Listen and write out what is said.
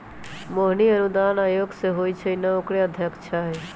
मोहिनी अनुदान आयोग जे होई छई न ओकरे अध्यक्षा हई